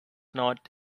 not